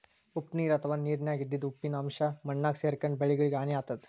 ಉಪ್ಪ್ ನೀರ್ ಅಥವಾ ನೀರಿನ್ಯಾಗ ಇದ್ದಿದ್ ಉಪ್ಪಿನ್ ಅಂಶಾ ಮಣ್ಣಾಗ್ ಸೇರ್ಕೊಂಡ್ರ್ ಬೆಳಿಗಳಿಗ್ ಹಾನಿ ಆತದ್